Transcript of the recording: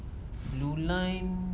blue line